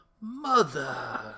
Mother